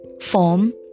form